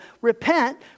repent